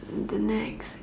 the next